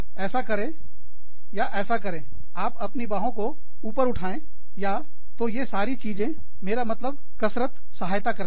ऐसा करें या ऐसा करें आप अपनी बाहों को ऊपर उठाए या तो ये सारी चीजें मेरा मतलब कसरत सहायता करता है